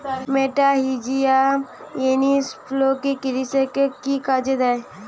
মেটাহিজিয়াম এনিসোপ্লি কৃষিতে কি কাজে দেয়?